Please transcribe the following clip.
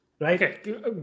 right